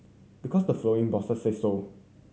because the following bosses say so